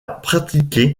pratiqué